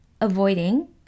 avoiding